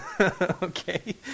okay